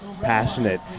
passionate